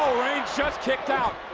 reigns just kicked out,